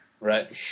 Right